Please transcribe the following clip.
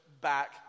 back